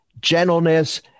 gentleness